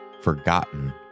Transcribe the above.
Forgotten